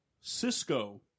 Cisco